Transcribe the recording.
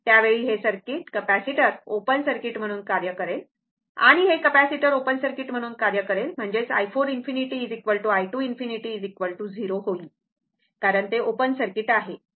त्यावेळी हे capacitor open circuit म्हणून कार्य करेल आणि हे कॅपेसिटर ओपन सर्किट म्हणून कार्य करेल म्हणजेच i4∞ i2∞ 0 होईल कारण ते ओपन सर्किट आहे